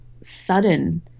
sudden